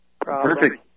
Perfect